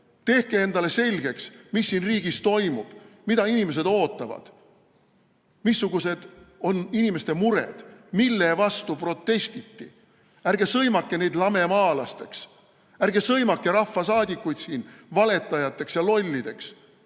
Tehke endale selgeks, mis siin riigis toimub, mida inimesed ootavad, missugused on inimeste mured, mille vastu protestiti. Ärge sõimake neid lamemaalasteks, ärge sõimake rahvasaadikuid siin valetajateks ja lollideks.